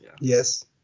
yes